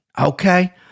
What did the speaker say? Okay